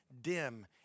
dim